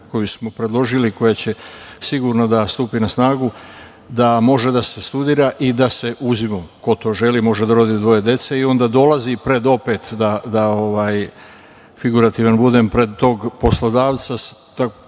koju smo predložili i koja će sigurno da stupi na snagu da može da se studira i da se uzmu, ko to želi, može da rodi, dvoje dece i onda dolazi pred opet, da figurativan budem, pred tog poslodavca